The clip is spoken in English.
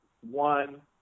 one